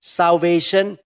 salvation